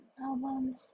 album